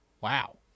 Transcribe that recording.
Wow